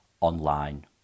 Online